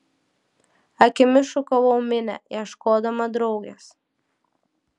akimis šukavau minią ieškodama draugės